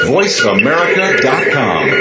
VoiceAmerica.com